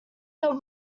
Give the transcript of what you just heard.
your